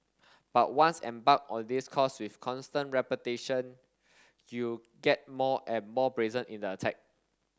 but once embarked on this course with constant repetition you get more and more brazen in the attack